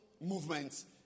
movements